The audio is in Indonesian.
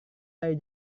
dari